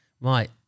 right